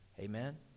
amen